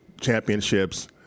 championships